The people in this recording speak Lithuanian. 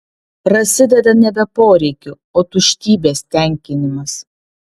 prasideda nebe poreikių o tuštybės tenkinimas